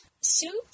soup